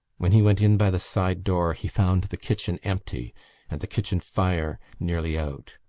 when he went in by the side-door he found the kitchen empty and the kitchen fire nearly out.